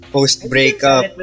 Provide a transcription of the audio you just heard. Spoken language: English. Post-breakup